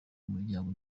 muryango